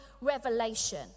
revelation